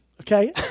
Okay